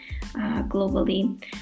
globally